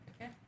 Okay